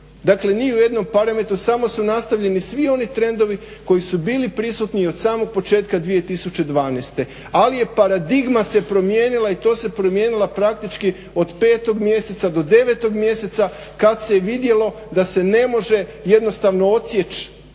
Dakle ni u jednom parametru, samo su nastavljeni svi oni trendovi koji su bili prisutni od samog početka 2012., ali je paradigma se promijenila i to se promijenila praktički od 5. mjeseca do 9. mjeseca kad se vidjelo da se ne može jednostavno odsjeć